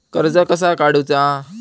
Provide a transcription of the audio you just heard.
कर्ज कसा काडूचा?